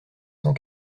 cent